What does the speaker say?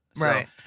Right